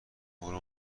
برو